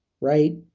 right